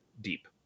deep